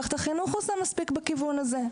מערכת החינוך עושה מספיק בכיוון הזה?